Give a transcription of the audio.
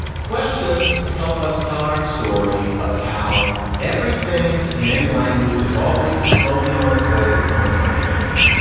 questions. help us tell our story of how everything in any language is always slowly on its way to becoming something else,